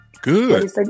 Good